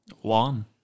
One